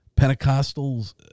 Pentecostals